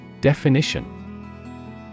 Definition